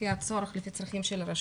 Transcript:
לפי הצורך ולפי הצרכים של הרשות.